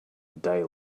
day